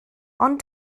ond